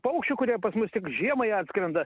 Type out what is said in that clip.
paukščių kurie pas mus tik žiemai atskrenda